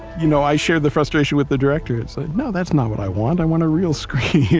you know, i share the frustration with the director, and say no that's not what i want, i want a real scream.